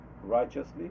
righteously